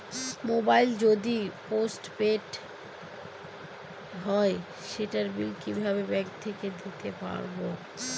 Mobile যদি post paid হয় সেটার বিল কিভাবে ব্যাংক থেকে দিতে পারব?